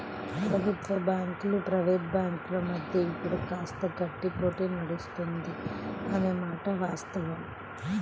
ప్రభుత్వ బ్యాంకులు ప్రైవేట్ బ్యాంకుల మధ్య ఇప్పుడు కాస్త గట్టి పోటీ నడుస్తుంది అనే మాట వాస్తవం